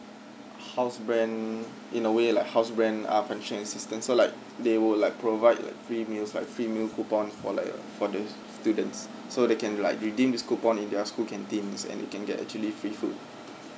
house brand in a way like house brand uh functional system so like they would like provide like free meals like free meal coupon for like uh for the students so they can like reedeem this coupon in their school canteens and they can get actually free food